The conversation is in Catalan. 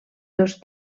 dos